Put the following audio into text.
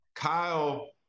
Kyle